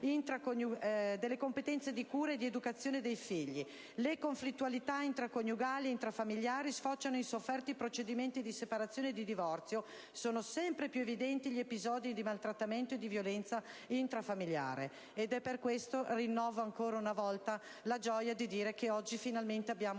delle competenze di cura e di educazione dei figli; le conflittualità intraconiugali e intrafamiliari sfociano in sofferti procedimenti di separazione e di divorzio; sono sempre più evidenti gli episodi di maltrattamento e di violenza intrafamiliare. Per questo rinnovo ancora una volta la gioia di dire che oggi, finalmente, abbiamo